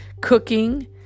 cooking